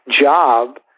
job